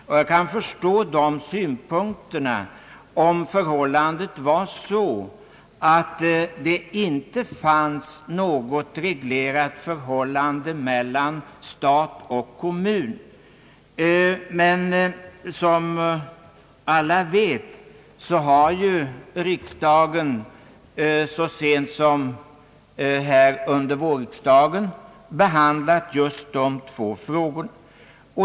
Jag skulle kunna förstå hans synpunkter om det inte fanns något reglerat förhållande mellan stat och kommun. Som alla emellertid vet har riksdagen så sent som i våras behandlat denna fråga.